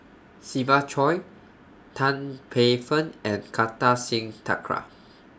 Siva Choy Tan Paey Fern and Kartar Singh Thakral